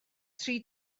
tri